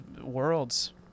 worlds